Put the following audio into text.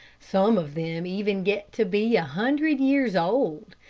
some of them even get to be a hundred years old.